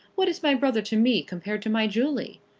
what is my brother to me, compared to my julie?